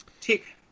tick